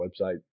website